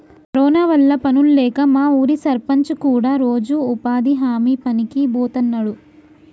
corona వల్ల పనుల్లేక మా ఊరి సర్పంచ్ కూడా రోజూ ఉపాధి హామీ పనికి బోతన్నాడు